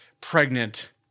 pregnant